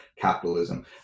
capitalism